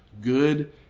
good